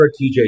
TJ